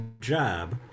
job